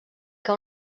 que